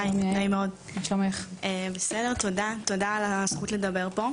תודה על הזכות לדבר פה.